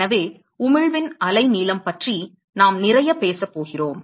எனவே உமிழ்வின் அலைநீளம் பற்றி நாம் நிறைய பேசப் போகிறோம்